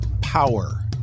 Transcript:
power